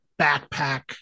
backpack